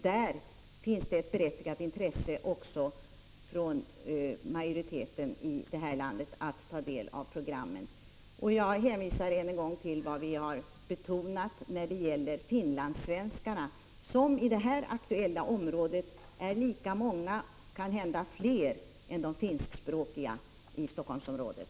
Där finns det också ett berättigat intresse hos majoriteten i vårt land för att ta del av programmen. Jag hänvisar än en gång till vad vi har betonat när det gäller finlandssvenskarna, som i det aktuella området är lika många som och kanske fler än de finskspråkiga i Helsingforssområdet.